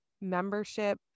membership